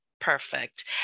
perfect